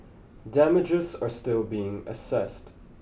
damages are still being assessed